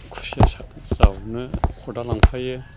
खुसिया सा जावनो खदाल लांफायो